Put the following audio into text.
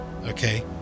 Okay